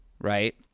right